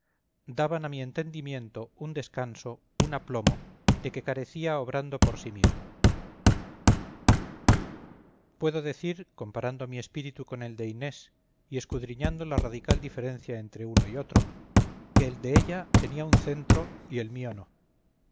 daban a mi entendimiento un descanso un aplomo de que carecía obrando por sí mismo puedo decir comparando mi espíritu con el de inés y escudriñando la radical diferencia entre uno y otro que el de ella tenía un centro y el mío no